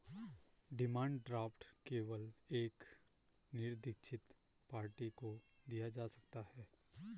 demand draft केवल एक निरदीक्षित पार्टी को दिया जा सकता है